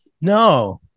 No